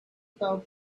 about